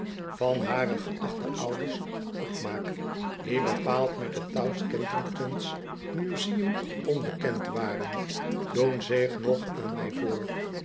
van hare geachte ouders opmaak die bepaald met t south kensington's museum onbekend waren doen zich nog aan mjj voor